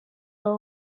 wawe